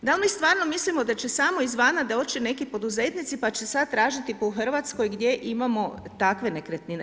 Da li mi stvarno mislimo da će samo izvana doći neki poduzetnici pa će sad tražiti po Hrvatskoj gdje imamo takve nekretnine?